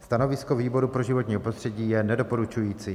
Stanovisko výboru pro životní prostředí je nedoporučující.